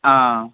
ఆ